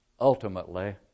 ultimately